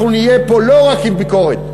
אנחנו נהיה פה לא רק עם ביקורת,